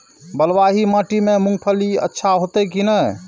बलवाही माटी में मूंगफली अच्छा होते की ने?